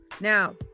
now